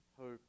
hope